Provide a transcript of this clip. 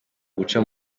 guca